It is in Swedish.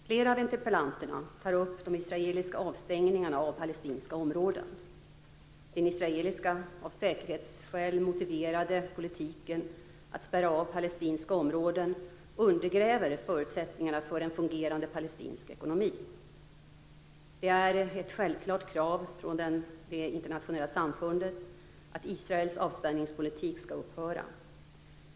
Flera av interpellanterna tar upp de israeliska avstängningarna av palestinska områden. Den israeliska, av säkerhetsskäl motiverade, politiken att spärra av palestinska områden undergräver förutsättningarna för en fungerande palestinsk ekonomi. Det är ett självklart krav från det internationella samfundet att Israels avspärrningspolitik skall upphöra.